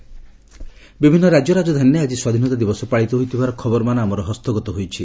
ID ଷ୍ଟେଟ୍ସ୍ ବିଭିନ୍ନ ରାଜ୍ୟ ରାଜଧାନୀରେ ଆଜି ସ୍ୱାଧୀନତା ଦିବସ ପାଳିତ ହୋଇଥିବାର ଖବରମାନ ଆମର ହସ୍ତଗତ ହୋଇଛି